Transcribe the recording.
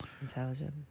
Intelligent